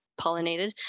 pollinated